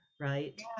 Right